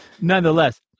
nonetheless